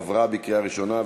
עברה בקריאה ראשונה,